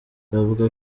bavuga